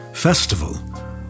festival